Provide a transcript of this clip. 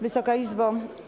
Wysoka Izbo!